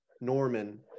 Norman